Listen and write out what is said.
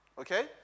okay